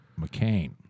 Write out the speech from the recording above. McCain